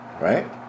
Right